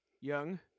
young